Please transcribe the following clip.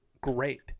great